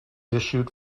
issued